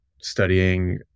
studying